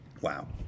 Wow